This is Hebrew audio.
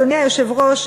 אדוני היושב-ראש,